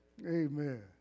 Amen